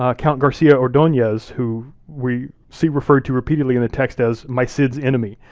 um count garcia ordooez, who we see referred to repeatedly in the text as my cid's enemy,